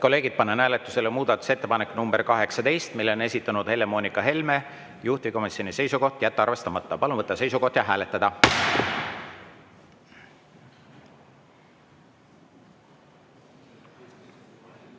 kolleegid, panen hääletusele muudatusettepaneku nr 18, mille on esitanud Helle-Moonika Helme, juhtivkomisjoni seisukoht: jätta arvestamata. Palun võtta seisukoht ja hääletada!